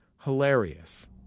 hilarious